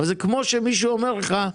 האם מה שהם אומרים לא נכון?